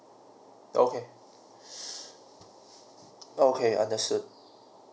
okay okay understood